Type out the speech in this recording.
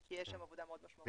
כי יש שם עבודה מאוד משמעותית.